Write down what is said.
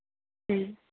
ठीक